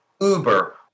Uber